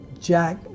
Jack